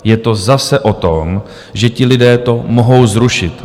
Je to zase o tom, že ti lidé to mohou zrušit.